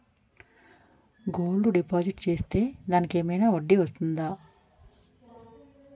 Gold deposit చేస్తే దానికి ఏమైనా వడ్డీ వస్తుందా?